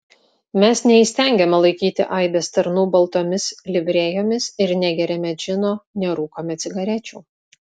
mes neįstengiame laikyti aibės tarnų baltomis livrėjomis ir negeriame džino nerūkome cigarečių